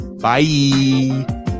Bye